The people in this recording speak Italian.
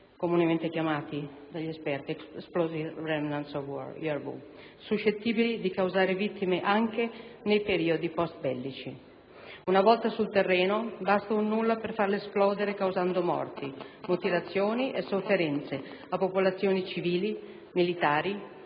comunemente chiamati dagli esperti *explosive remnant of war* (ERW), suscettibili di causare vittime anche nei periodi post-bellici. Una volta sul terreno, basta un nulla per farle esplodere, causando morti, mutilazioni e sofferenze a popolazioni civili, militari,